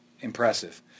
impressive